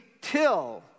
Till